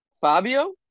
Fabio